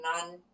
none